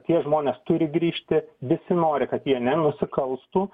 tie žmonės turi grįžti visi nori kad jie nenusikalstų